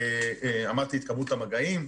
אמרתי את כמות המגעים,